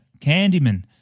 Candyman